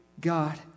God